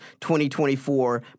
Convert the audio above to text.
2024